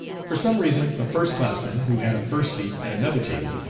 for some reason a first-classman, who had a first seat at another table,